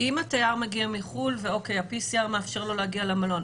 אם התייר מגיע מחו"ל וה-PCR מאפשר לו להגיע למלון,